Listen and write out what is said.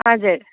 हजुर